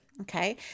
Okay